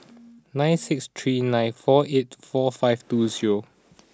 nine six three nine four eight four five two zero